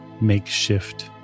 makeshift